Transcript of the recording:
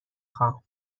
خوام